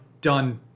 done